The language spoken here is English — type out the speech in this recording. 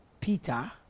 Peter